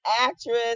actress